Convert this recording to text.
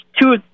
two